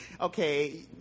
Okay